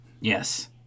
Yes